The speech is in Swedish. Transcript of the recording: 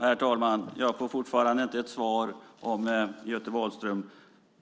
Herr talman! Jag får fortfarande inte svar på frågan om Göte Wahlström